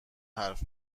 حرف